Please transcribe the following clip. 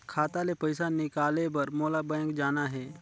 खाता ले पइसा निकाले बर मोला बैंक जाना हे?